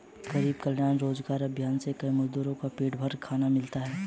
गरीब कल्याण रोजगार अभियान से कई मजदूर को पेट भर खाना मिला है